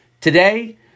Today